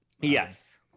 Yes